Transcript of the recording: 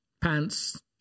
pants